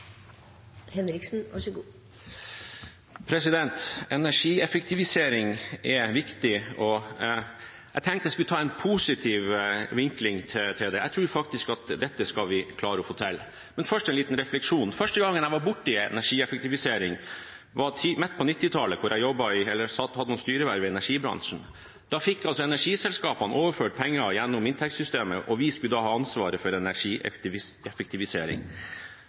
mill. kr. Så hva tenker egentlig statsråden om Enovas rolle i å følge opp det vedtaket som vi gjorde i juni, og det vedtaket som vi gjør i dag i denne sal? Energieffektivisering er viktig, og jeg tenkte jeg skulle ta en positiv vinkling – jeg tror faktisk at dette skal vi klare å få til. Men først en liten refleksjon: Første gang jeg var borti energieffektivisering, var midt på 1990-tallet, da jeg hadde noen styreverv i energibransjen. Da fikk energiselskapene overført penger gjennom inntektssystemet,